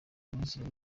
minisitiri